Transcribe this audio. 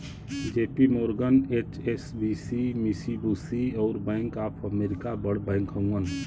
JP Morgan, HSBC, Mitsubishi, अउर bank of America बड़ bank हउवन